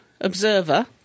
observer